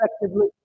effectively